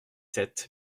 sept